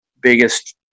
biggest